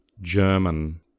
German